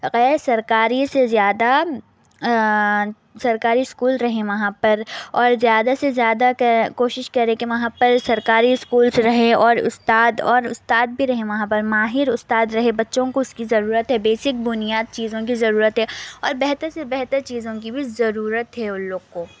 غیر سرکاری سے زیادہ سرکاری اسکول رہیں وہاں پر اور زیادہ سے زیادہ کوشش کرے کہ وہاں پر سرکاری اسکول رہے اور استاد اور استاد بھی رہیں وہاں پر ماہر استاد رہے بچوں کو اس کی ضرورت ہے بیسک بنیاد چیزوں کی ضرورت ہے اور بہتر سے بہتر چیزوں کی بھی ضرورت ہے ان لوگ کو